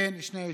בין היישובים.